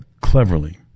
cleverly